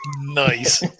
Nice